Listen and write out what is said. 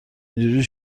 اینجوری